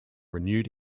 renewed